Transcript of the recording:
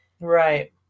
Right